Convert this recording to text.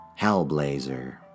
Hellblazer